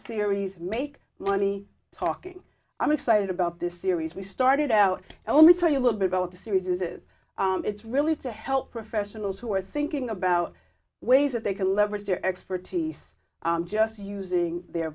series make money talking i'm excited about this series we started out and let me tell you a little bit about the series is it's really to help professionals who are thinking about ways that they can leverage their expertise just using their